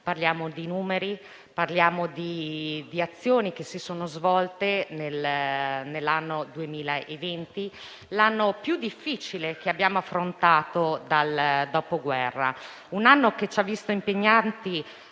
parliamo di numeri e di azioni che si sono svolte nell'anno 2020, l'anno più difficile che abbiamo affrontato dal Dopoguerra. Un anno che ci ha visti impegnati